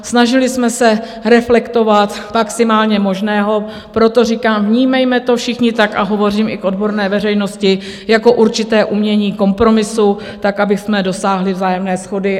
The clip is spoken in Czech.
Snažili jsme se reflektovat maximum možného, proto říkám, vnímejme to všichni tak, a hovořím i k odborné veřejnosti, jako určité umění kompromisu tak, abychom dosáhli vzájemné shody.